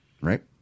right